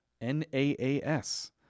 N-A-A-S